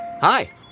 Hi